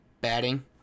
batting